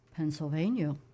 Pennsylvania